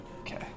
Okay